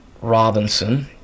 Robinson